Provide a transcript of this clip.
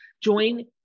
Join